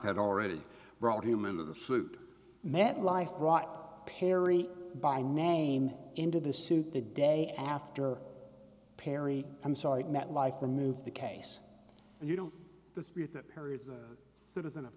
had already brought him into the food metlife brought perry by name into the suit the day after perry i'm sorry metlife the move the case you know the citizen of